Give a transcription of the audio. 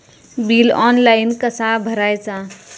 Bill online कसा भरायचा?